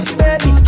baby